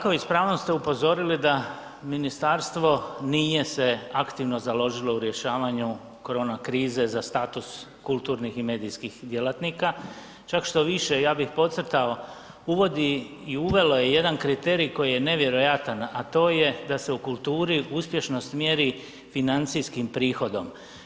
Kolegice Leaković s pravom ste upozorili da ministarstvo nije se aktivno založilo u rješavanju korona krize za status kulturnih i medijskih djelatnika, čak štoviše ja bih podcrtao uvodi i uvela je jedan kriterij koji je nevjerojatan, a to je da se u kulturi uspješnost mjeri financijskim prihodom.